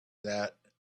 that